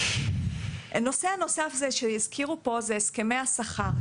הנושא הנוסף שהזכירו פה הם הסכמי השכר.